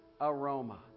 aroma